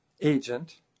agent